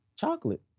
chocolate